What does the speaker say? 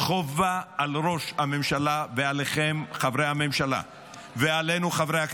חובה על ראש הממשלה ועליכם חברי הממשלה ועלינו חברי הכנסת,